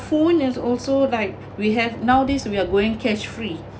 phone as also like we have nowadays we're going cash-free